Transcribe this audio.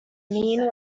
mean